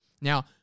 Now